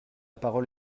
parole